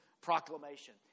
proclamation